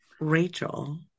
Rachel